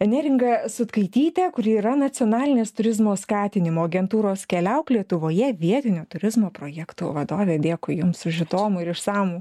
neringą sutkaitytę kuri yra nacionalinės turizmo skatinimo agentūros keliauk lietuvoje vietinio turizmo projektų vadovė dėkui jums už įdomų ir išsamų